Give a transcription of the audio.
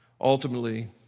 Ultimately